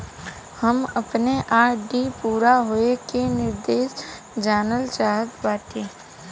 हम अपने आर.डी पूरा होवे के निर्देश जानल चाहत बाटी